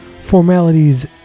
Formalities